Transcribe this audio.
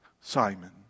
Simon